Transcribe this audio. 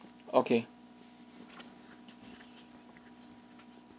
okay